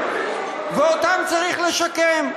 אותם צריך לשקם.